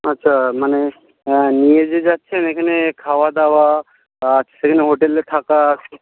আচ্ছা মানে নিয়ে যে যাচ্ছেন এখানে খাওয়া দাওয়া সেখানে হোটেলে থাকা